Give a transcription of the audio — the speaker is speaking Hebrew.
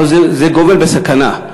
אבל זה גובל בסכנה.